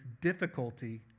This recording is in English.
difficulty